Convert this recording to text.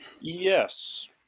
yes